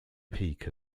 peak